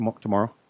tomorrow